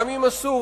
גם עם הסורים,